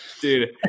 dude